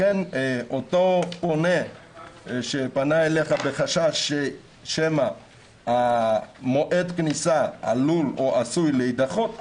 לכן אותו פונה שפנה אליך בחשש שמא מועד הכניסה עלול או עשוי להידחות,